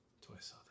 Twice